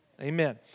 Amen